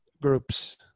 groups